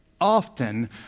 Often